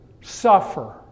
suffer